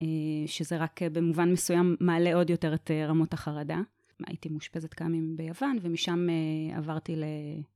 שזה רק במובן מסוים מעלה עוד יותר את רמות החרדה. הייתי מאושפזת כמה ימים ביוון, ומשם עברתי ל...